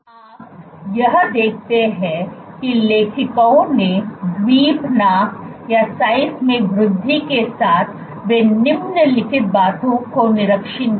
आप यह देखते हैं कि लेखकों को द्वीप नाप में वृद्धि के साथ वे निम्नलिखित बातों का निरीक्षण किया